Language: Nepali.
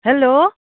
हेलो